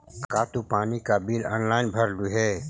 का तू पानी का बिल ऑनलाइन भरलू हे